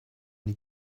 die